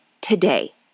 today